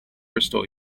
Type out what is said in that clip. restore